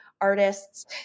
artists